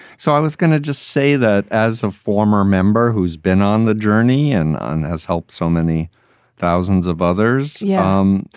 so i was going to just say that as a former member who's been on the journey and and has helped so many thousands of others. yeah. um